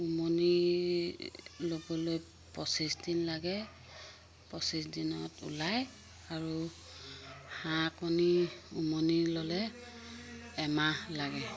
উমনি ল'বলৈ পঁচিছ দিন লাগে পঁচিছ দিনত ওলায় আৰু হাঁহ কণী উমনি ল'লে এমাহ লাগে